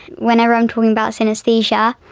whenever i'm talking about synaesthesia,